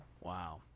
Wow